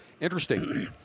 Interesting